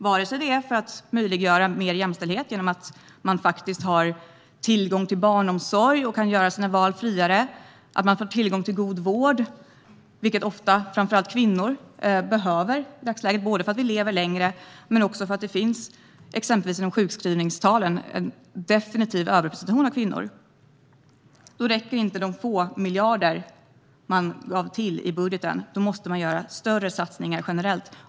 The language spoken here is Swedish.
Det kan handla om att möjliggöra större jämställdhet genom att människor faktiskt har tillgång till barnomsorg och kan göra sina val friare eller att man har tillgång till god vård, vilket ofta framför allt kvinnor behöver i dagsläget, dels för att vi lever längre, dels för att exempelvis sjukskrivningstalen visar på en definitiv överrepresentation av kvinnor. Men om man menar allvar med detta räcker inte de få miljarder som lades i budgeten, utan då krävs större satsningar generellt.